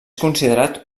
considerat